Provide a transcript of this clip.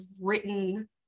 written